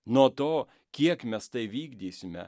nuo to kiek mes tai vykdysime